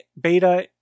beta